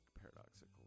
Paradoxical